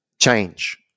change